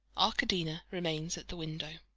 arkadina remains at the window.